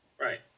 Right